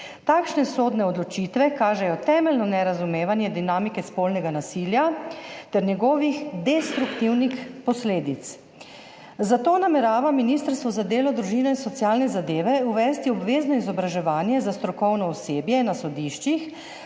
Takšne sodne odločitve kažejo temeljno nerazumevanje dinamike spolnega nasilja ter njegovih destruktivnih posledic, zato namerava Ministrstvo za delo, družino, socialne zadeve in enake možnosti uvesti obvezno izobraževanje za strokovno osebje na sodiščih